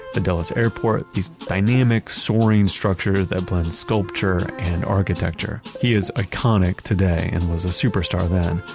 the dulles airport, these dynamic, soaring structures that blend sculpture and architecture. he is iconic today and was a superstar then.